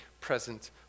present